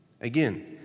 Again